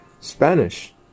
Spanish